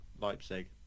Leipzig